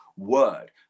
Word